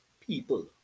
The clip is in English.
people